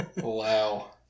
Wow